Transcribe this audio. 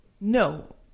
No